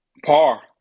Par